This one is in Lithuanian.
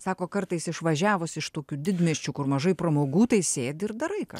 sako kartais išvažiavus iš tokių didmiesčių kur mažai pramogų tai sėdi ir darai kažką